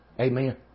Amen